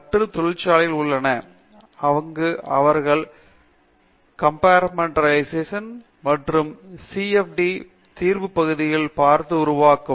அவைகள் பல தொழிற்சாலைகள் உள்ளன அங்கு அவர்கள் கொம்பார்ட்மென்டலைஸிட் மற்றும் ஒரு சி எப் டி தீர்வு பகுதியாக பார்த்து உருவாக்கும்